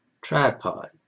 tripod